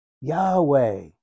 Yahweh